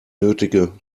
nötige